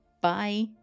Bye